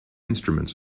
instruments